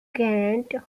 grant